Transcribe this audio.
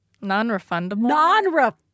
non-refundable